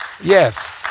Yes